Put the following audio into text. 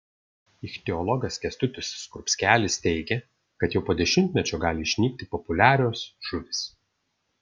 ichtiologas kęstutis skrupskelis teigė kad jau po dešimtmečio gali išnykti populiarios žuvys